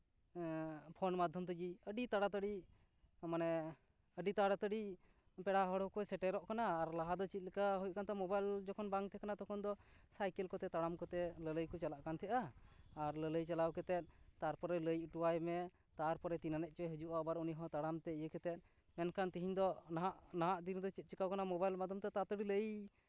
phone ᱢᱟᱫᱽᱫᱷᱚᱢ ᱛᱮᱜᱮ ᱟᱹᱰᱤ ᱛᱟᱲᱟᱛᱟᱹᱲᱤ ᱢᱟᱱᱮ ᱟᱹᱰᱤ ᱛᱟᱲᱟᱛᱟᱹᱲᱤ ᱯᱮᱲᱟ ᱦᱚᱲ ᱠᱚᱠᱚ ᱥᱮᱴᱮᱨᱚᱜ ᱠᱟᱱᱟ ᱞᱟᱦᱟ ᱫᱚ ᱪᱮᱫ ᱠᱟ ᱦᱩᱭᱩᱜ ᱠᱟᱱ ᱛᱟᱦᱮᱱ ᱢᱳᱵᱟᱭᱤᱞ ᱡᱚᱠᱷᱚᱱ ᱵᱟᱝ ᱛᱟᱦᱮᱸ ᱠᱟᱱᱟ ᱛᱚᱠᱷᱚᱱ ᱫᱚ ᱥᱟᱭᱠᱮᱞ ᱠᱚᱛᱮ ᱛᱟᱲᱟᱢ ᱠᱚᱛᱮ ᱞᱟᱹᱞᱟᱹᱭ ᱠᱚ ᱪᱟᱞᱟᱜ ᱠᱟᱱ ᱛᱟᱦᱮᱸᱜᱼᱟ ᱟᱨ ᱞᱟᱹᱞᱟᱹᱭ ᱪᱟᱞᱟᱣ ᱠᱟᱛᱮᱫ ᱛᱟᱨᱯᱚᱨᱮ ᱞᱟᱹᱭ ᱦᱚᱴᱚᱣᱟᱭ ᱢᱮ ᱛᱟᱨᱯᱚᱨᱮ ᱛᱤᱱ ᱟᱹᱱᱤᱡ ᱪᱚᱭ ᱦᱤᱡᱩᱜᱼᱟ ᱟᱵᱟᱨ ᱩᱱᱤ ᱦᱚᱸ ᱛᱟᱲᱟᱢ ᱛᱮ ᱤᱭᱟᱹ ᱠᱟᱛᱮᱫ ᱢᱮᱱᱠᱷᱟᱱ ᱛᱤᱦᱤᱧ ᱫᱚ ᱱᱟᱦᱟᱜ ᱱᱟᱦᱟᱜ ᱫᱤᱱ ᱨᱮᱫᱚ ᱪᱮᱫ ᱪᱤᱠᱟᱹᱣ ᱠᱟᱱᱟ ᱢᱳᱵᱟᱭᱤᱞ ᱢᱟᱫᱽᱫᱷᱚᱢᱛᱮ ᱛᱟᱲᱟᱛᱟᱹᱲᱤ ᱞᱟᱹᱭ